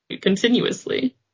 continuously